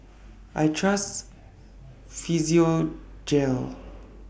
I Trust Physiogel